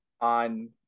on